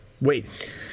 wait